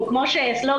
או כמו שגיל,